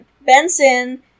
benson